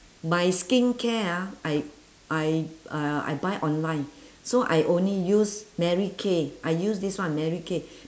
my skincare ah I I uh I buy online so I only use mary kay I use this one mary kay